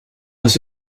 his